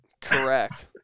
Correct